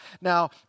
Now